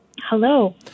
Hello